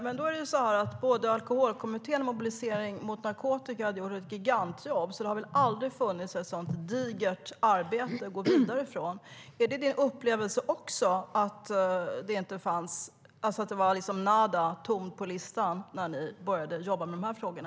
Men både Alkoholkommittén och Mobilisering mot narkotika hade gjort ett gigantiskt jobb, så det har väl aldrig funnits ett sådant digert arbete att gå vidare från. Är det också din upplevelse, Barbro Westerholm, att det fanns nada och var tomt på listan när ni började jobba med de här frågorna?